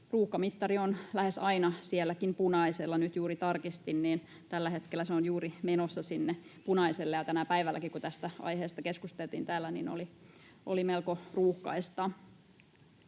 Ruuhkamittari on lähes aina sielläkin punaisella — kun nyt juuri tarkistin, niin tällä hetkellä se on juuri menossa sinne punaiselle, ja tänään päivälläkin, kun tästä aiheesta keskusteltiin täällä, oli melko ruuhkaista.